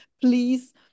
please